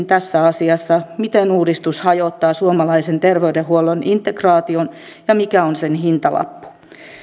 tässä asiassa tietenkin olla miten uudistus hajottaa suomalaisen terveydenhuollon integraation ja mikä on sen hintalappu